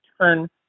turn